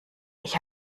ich